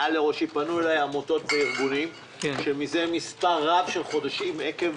פנו אלי עמותות וארגונים שמזה מספר רב של חודשים עקב